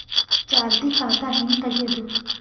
ಚಾಲತಿ ಖಾತಾ ಹೆಂಗ್ ತಗೆಯದು?